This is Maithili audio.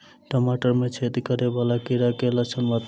टमाटर मे छेद करै वला कीड़ा केँ लक्षण बताउ?